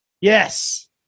Yes